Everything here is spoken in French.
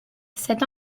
cet